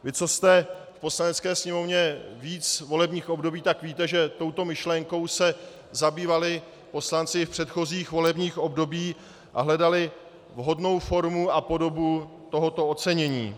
Vy, kdo jste v Poslanecké sněmovně víc volebních období, tak víte, že touto myšlenkou se zabývali poslanci i v předchozích volebních obdobích a hledali vhodnou formu a podobu tohoto ocenění.